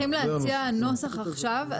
אם אתם צריכים להציע נוסח עכשיו,